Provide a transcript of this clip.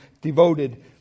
devoted